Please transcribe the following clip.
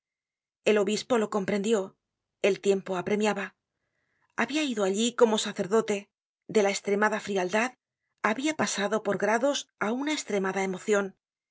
el obispo lo comprendió el tiempo apremiaba habia ido allí como sacerdote de la estremada frialdad habia pasado por grados á una estremada emocion